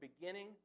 beginning